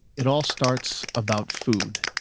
it all starts about food.